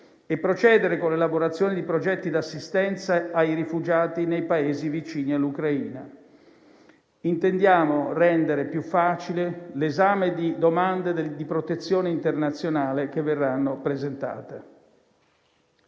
e procedere con l'elaborazione di progetti di assistenza ai rifugiati nei Paesi vicini all'Ucraina. Intendiamo rendere più facile l'esame di domande di protezione internazionale che verranno presentate.